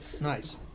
Nice